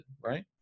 Right